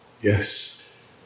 yes